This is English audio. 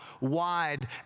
wide